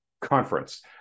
conference